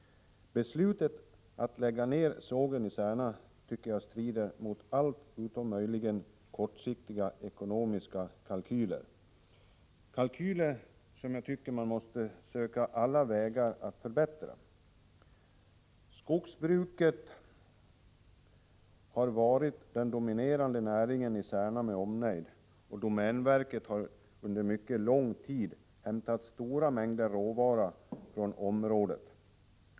Beslutet att lägga ner sågen i Särna tycker jag strider mot allt utom möjligen kortsiktiga ekonomiska kalkyler, kalkyler som jag tycker man måste söka alla vägar att förbättra. Skogsbruket har varit den dominerande näringen i Särna med omnejd, och domänverket har under mycket lång tid hämtat stora mängder råvara från området.